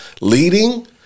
leading